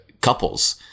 couples